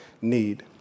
need